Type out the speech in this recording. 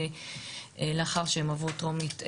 לאחר שהן עברו טרומיות,